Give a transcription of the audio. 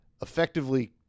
effectively